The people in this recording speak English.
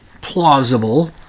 plausible